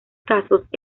casos